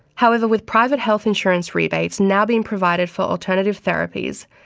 however, with private health insurance rebates now being provided for alternative therapies,